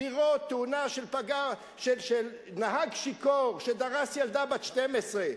לראות מה עושה תאונה של נהג שיכור שדרס ילדה בת 12,